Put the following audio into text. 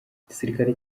igisirikare